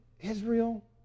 Israel